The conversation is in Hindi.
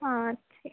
हाँ ठीक